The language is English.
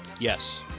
Yes